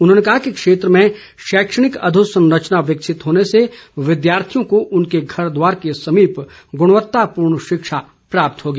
उन्होंने कहा कि क्षेत्र में शैक्षणिक अधोसंरचना विकसित होने से विद्यार्थियों को उनके घर द्वार के समीप गुणवत्तापूर्ण शिक्षा प्राप्त होगी